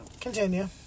Continue